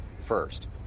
first